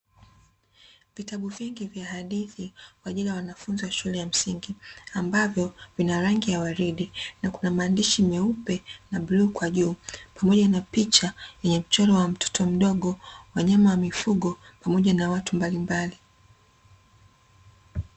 Vitabu vingi vya hadithi kwa ajili ya wanafunzi wa shulenya msingi, ambavyo vina rangi ya waridi na kuna maandishi meupe pamoja na bluu kwa juu, pamoja na picha yenye mchoro wa mtoto mdogo, wanyama wa mifugo pamoja na watu mbalimbali.